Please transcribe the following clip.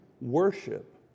worship